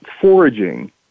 foraging